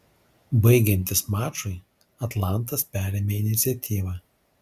baigiantis mačui atlantas perėmė iniciatyvą